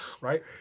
Right